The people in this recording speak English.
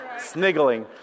Sniggling